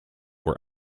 were